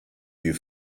you